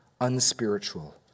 unspiritual